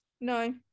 No